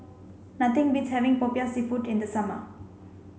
nothing beats having Popiah Seafood in the summer